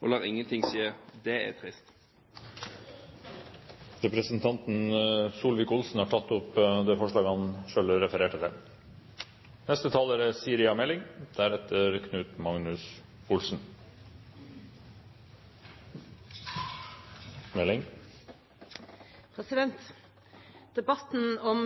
og lar ingenting skje. Det er trist. Representanten Ketil Solvik-Olsen har tatt opp det forslaget han refererte til. Debatten om